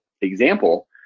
example